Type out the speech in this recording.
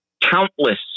countless